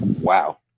wow